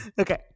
Okay